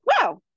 wow